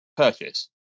Purchase